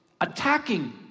attacking